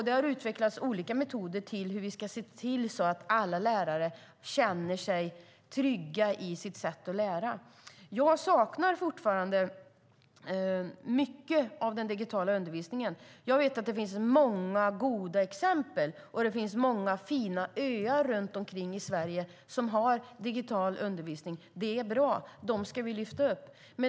Det har utvecklats olika metoder för att få alla lärare att känna sig tryggare i sitt sätt att lära. Mycket digital undervisning saknas fortfarande. Jag vet att det finns många goda exempel och att det finns många "öar" runt om i Sverige som har digital undervisning. Det är bra, och dem ska vi lyfta upp.